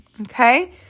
okay